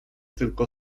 tylko